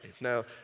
Now